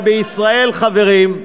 אבל בישראל, חברים,